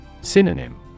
Synonym